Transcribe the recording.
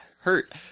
hurt